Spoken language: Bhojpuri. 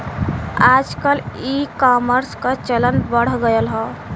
आजकल ईकामर्स क चलन बढ़ गयल हौ